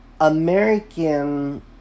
American